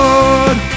Lord